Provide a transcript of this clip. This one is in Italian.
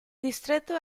distretto